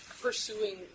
pursuing